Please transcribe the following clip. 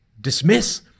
dismiss